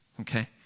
okay